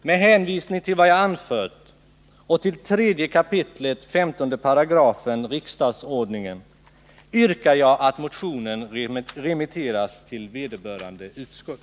Med hänvisning till vad jag anfört och till 3 kap. 15§ riksdagsordningen yrkar jag att motionen remitteras till vederbörande utskott.